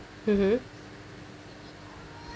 mmhmm